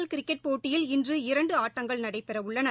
எல்கிரிக்கெட் போட்டியில் இன்று இரண்டுஆட்டங்கள் நடைபெறஉள்ளன